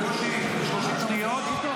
הוא דיבר בקושי 30 שניות.